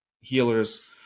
healers